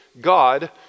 God